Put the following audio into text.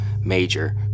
major